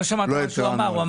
לא שמעת מה שהוא אמר.